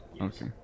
Okay